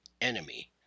enemy